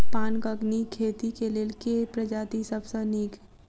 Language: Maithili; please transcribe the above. पानक नीक खेती केँ लेल केँ प्रजाति सब सऽ नीक?